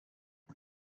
mae